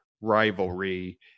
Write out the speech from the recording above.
rivalry